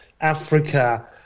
Africa